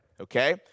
okay